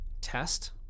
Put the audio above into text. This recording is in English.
test